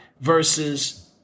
versus